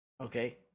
okay